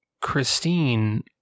Christine